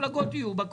תגידו את האמת,